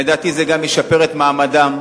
לדעתי זה גם ישפר את מעמדם,